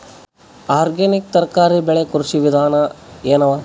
Organic ತರಕಾರಿ ಬೆಳಿ ಕೃಷಿ ವಿಧಾನ ಎನವ?